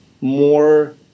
more